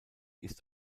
ist